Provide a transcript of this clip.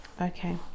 okay